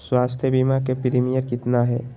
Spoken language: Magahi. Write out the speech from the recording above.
स्वास्थ बीमा के प्रिमियम कितना है?